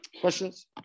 Questions